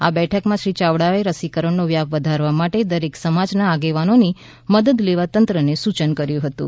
આ બેઠકમાં શ્રી ચાવડાએ રસીકરણનો વ્યાપ વધારવા માટે દરેક સમાજના આગેવાનોની મદદ લેવા તંત્રને સૂચન કર્યું હતું